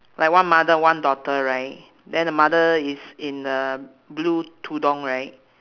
like one mother one daughter right then the mother is in a blue tudung right